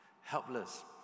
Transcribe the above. Helpless